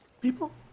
people